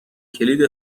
کلید